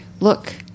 look